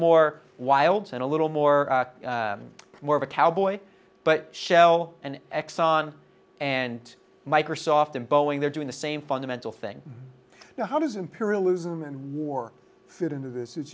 more wild and a little more more of a cowboy but shell and exxon and microsoft and boeing they're doing the same fundamental thing now how does imperialism and war fit into this it's